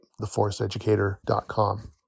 theforesteducator.com